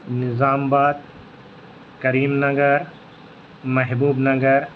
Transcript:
نظام آباد کریم نگر محبوب نگر